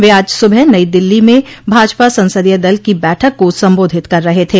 वे आज सुबह नई दिल्ली में भाजपा संसदीय दल की बैठक को संबोधित कर रहे थे